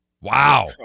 Wow